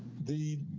the,